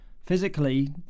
Physically